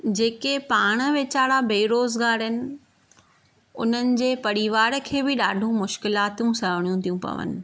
जेके पाण विचारा बेरोज़गार आहिनि उन्हनि जे परिवार खे बि ॾाढो मुश्किलातूं सहणियूं थियूं पवनि